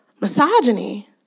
Misogyny